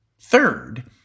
Third